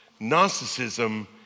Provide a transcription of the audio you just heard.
Narcissism